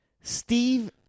Steve